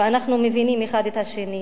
ואנחנו מבינים אחד את השני,